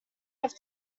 have